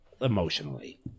emotionally